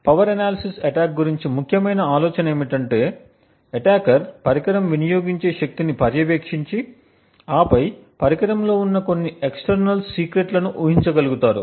power analysis attack గురించి ముఖ్యమైన ఆలోచన ఏమిటంటే అటాకర్ పరికరం వినియోగించే శక్తిని పర్యవేక్షించి ఆపై పరికరంలో ఉన్న కొన్ని ఇంటర్నల్ సీక్రెట్లను ఊహించగలుగుతారు